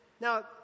Now